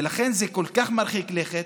ולכן זה כל כך מרחיק לכת,